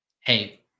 hey